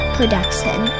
Production